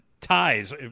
Ties